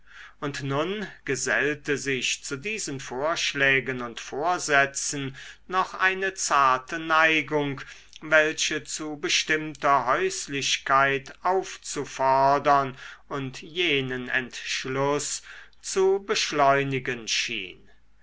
und nun gesellte sich zu diesen vorschlägen und vorsätzen noch eine zarte neigung welche zu bestimmter häuslichkeit aufzufordern und jenen entschluß zu beschleunigen schien